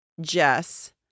Jess